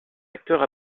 acteurs